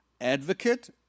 advocate